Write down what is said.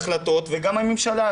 החלטות, וגם הממשלה.